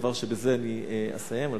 בזה אסיים,